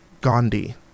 Gandhi